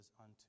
unto